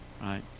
right